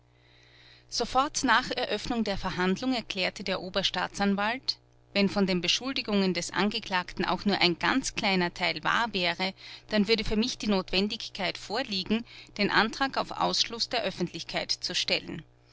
sofort nach eröffnung der verhandlung erklärte der oberstaatsanwalt wenn von den beschuldigungen des angeklagten auch nur ein ganz kleiner teil wahr wäre dann würde für mich die notwendigkeit vorliegen den antrag auf ausschluß der öffentlichkeit zu stellen